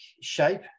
shape